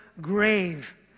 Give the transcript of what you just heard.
grave